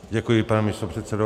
Děkuji, pane místopředsedo.